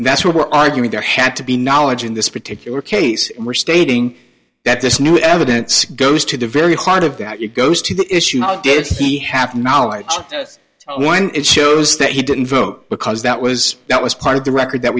and that's why we're arguing there had to be knowledge in this particular case and we're stating that this new evidence goes to the very heart of that it goes to the issue how did he have knowledge of this one it shows that he didn't vote because that was that was part of the record that